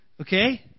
Okay